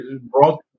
brought